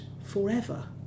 forever